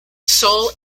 sole